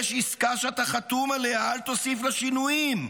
יש עסקה שאתה חתום עליה, אל תוסיף לה שינויים,